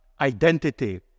identity